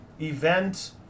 event